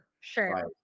Sure